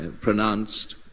pronounced